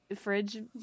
fridge